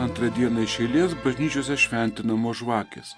antrą dieną iš eilės bažnyčiose šventinamos žvakės